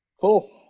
Cool